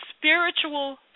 spiritual